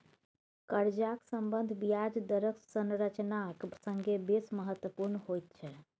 कर्जाक सम्बन्ध ब्याज दरक संरचनाक संगे बेस महत्वपुर्ण होइत छै